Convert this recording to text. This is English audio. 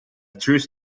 truce